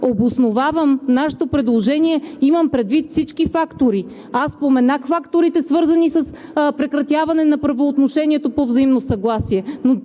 обосновавам нашето предложение, имам предвид всички фактори. Аз споменах факторите, свързани с прекратяване на правоотношението по взаимно съгласие.